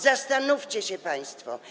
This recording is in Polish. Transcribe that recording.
Zastanówcie się państwo.